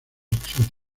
exóticas